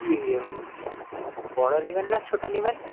কী বড় নেবেন না ছোট নেবেন